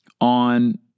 on